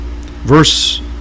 verse